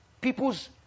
people's